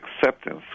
acceptance